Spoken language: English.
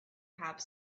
have